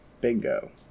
Bingo